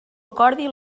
acordi